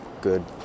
good